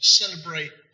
celebrate